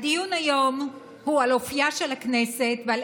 הדיון היום הוא על אופייה של הכנסת ועל